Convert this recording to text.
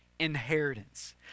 inheritance